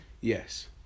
Yes